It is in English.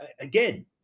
again